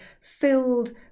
filled